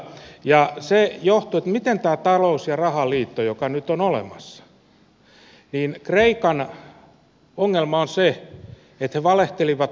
ja se johtuu siitä että tässä talous ja rahaliitossa joka nyt on olemassa kreikan ongelma on se että he valehtelivat tilastonsa